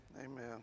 amen